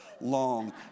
long